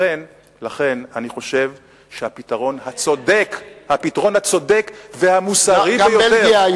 לכן אני חושב שהפתרון הצודק והמוסרי ביותר,